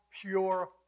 pure